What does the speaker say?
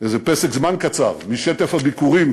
איזה פסק זמן קצר משטף הביקורים,